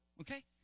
Okay